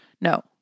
No